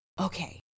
Okay